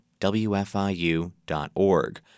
wfiu.org